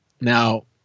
Now